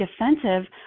defensive